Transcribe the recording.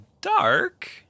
dark